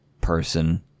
person